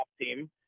team